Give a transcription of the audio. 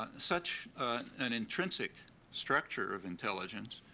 such an intrinsic structure of intelligence,